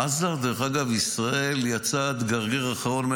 עזה, דרך אגב, ישראל יצאה מעזה עד הגרגיר האחרון.